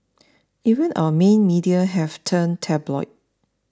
even our main media have turned tabloid